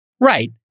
Right